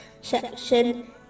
section